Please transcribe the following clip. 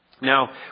Now